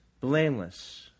blameless